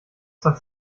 das